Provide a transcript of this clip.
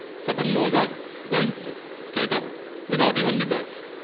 certain laws are going through straight away without even debates.